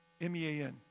M-E-A-N